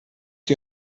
die